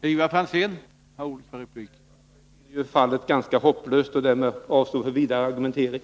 Herr talman! Jag finner fallet ganska hopplöst och avstår därmed från vidare argumentering.